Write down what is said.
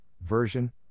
Version